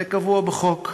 זה קבוע בחוק.